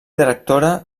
directora